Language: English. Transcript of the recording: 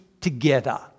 together